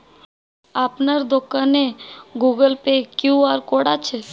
আপনার দোকানে Google Pay QR code আছে?